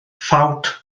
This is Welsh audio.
ffawt